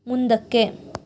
ಮುಂದಕ್ಕೆ